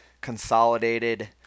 consolidated